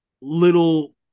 little